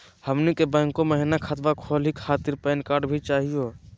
हमनी के बैंको महिना खतवा खोलही खातीर पैन कार्ड भी चाहियो?